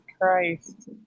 Christ